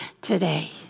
today